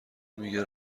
میگه